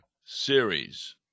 series